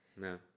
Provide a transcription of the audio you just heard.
No